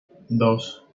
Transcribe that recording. dos